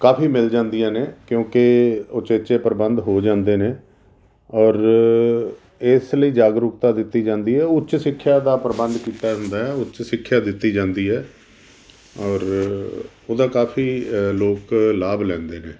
ਕਾਫੀ ਮਿਲ ਜਾਂਦੀਆਂ ਨੇ ਕਿਉਂਕਿ ਉਚੇਚੇ ਪ੍ਰਬੰਧ ਹੋ ਜਾਂਦੇ ਨੇ ਔਰ ਇਸ ਲਈ ਜਾਗਰੂਕਤਾ ਦਿੱਤੀ ਜਾਂਦੀ ਹੈ ਉੱਚ ਸਿੱਖਿਆ ਦਾ ਪ੍ਰਬੰਧ ਕੀਤਾ ਜਾਂਦਾ ਹੈ ਉੱਚ ਸਿੱਖਿਆ ਦਿੱਤੀ ਜਾਂਦੀ ਹੈ ਔਰ ਉਹਦਾ ਕਾਫੀ ਲੋਕ ਲਾਭ ਲੈਂਦੇ ਨੇ